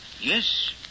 Yes